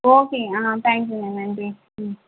ஓகேங்க தேங்க் யூங்க நன்றி ம்